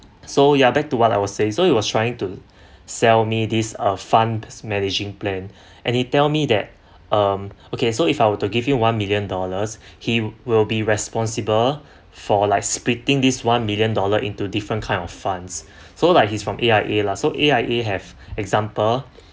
so ya back to what I will say so he was trying to sell me this uh fund managing plan and he tell me that um okay so if I were to give you one million dollars he will be responsible for like splitting this one million dollar into different kind of funds so like he's from A_I_A lah so A_I_A have example